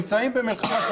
במלחמה,